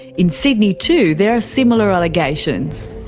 in sydney too there are similar allegations.